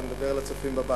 בוא נדבר אל הצופים בבית.